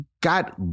got